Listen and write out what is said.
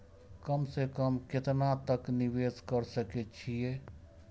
कम से कम केतना तक निवेश कर सके छी ए?